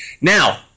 Now